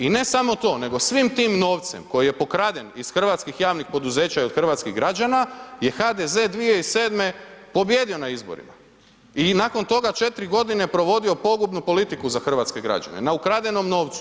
I ne samo to nego svim tim novcem koji je pokraden iz hrvatskih javnih poduzeća i od hrvatskih građana je HDZ 2007. pobijedio na izborima i nakon toga 4 g. provodio pogubnu politiku za hrvatske građane, na ukradenom novcu.